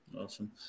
Awesome